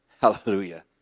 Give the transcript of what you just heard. Hallelujah